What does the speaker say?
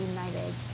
United